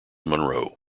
monroe